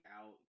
out